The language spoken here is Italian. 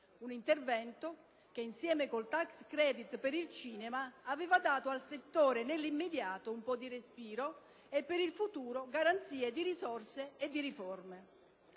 un intervento che insieme al *tax credit* per il cinema aveva dato al settore nell'immediato un po' di respiro e per il futuro garanzie di risorse e riforme.